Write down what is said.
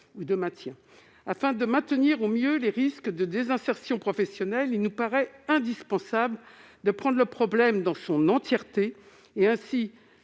au travail. Afin de prévenir au mieux les risques de désinsertion professionnelle, il nous paraît indispensable de prendre le problème dans sa globalité en